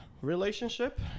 relationship